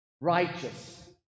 righteous